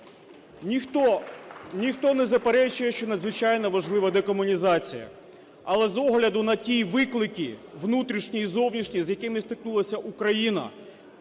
Ніхто не заперечує, що надзвичайно важлива декомунізація. Але з огляду на ті виклики внутрішні і зовнішні, з якими стикнулась Україна